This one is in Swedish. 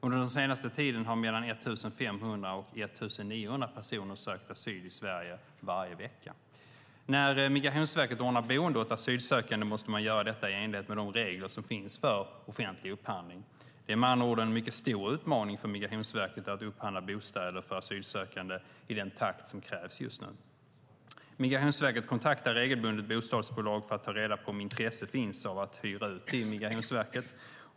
Under den senaste tiden har mellan 1 500 och 1 900 personer sökt asyl i Sverige varje vecka. När Migrationsverket ordnar boende åt asylsökande måste man göra detta i enlighet med de regler som finns för offentlig upphandling. Det är med andra ord en mycket stor utmaning för Migrationsverket att upphandla bostäder för asylsökande i den takt som krävs just nu. Migrationsverket kontaktar regelbundet bostadsbolag för att ta reda på om intresse finns av att hyra ut till Migrationsverket.